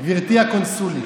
גברתי הקונסולית: